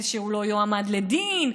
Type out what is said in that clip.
שהוא לא יועמד לדין,